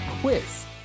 quiz